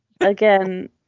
Again